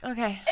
Okay